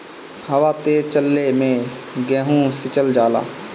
हवा तेज चलले मै गेहू सिचल जाला?